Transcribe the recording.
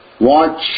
watch